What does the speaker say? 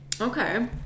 okay